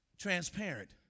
transparent